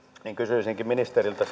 niin kysyisinkin ministeriltä